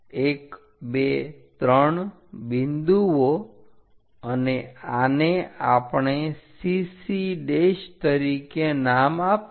1 2 3 બિંદુઓ અને આને આપણે CC તરીકે નામ આપ્યું